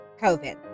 COVID